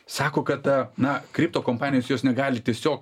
sako kad ta na kripto kompanijos jos negali tiesiog